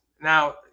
now